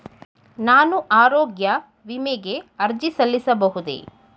ನಾನು ಆರೋಗ್ಯ ವಿಮೆಗೆ ಅರ್ಜಿ ಸಲ್ಲಿಸಬಹುದೇ?